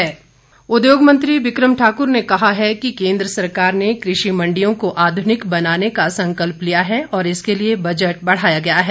बिक्रम ठाकुर उद्योग मंत्री बिक्रम ठाकुर ने कहा है कि केन्द्र सरकार ने कृषि मंडियों का आधुनिक बनाने का संकल्प लिया है और इसके लिए बजट बढ़ाया गया है